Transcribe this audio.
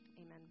Amen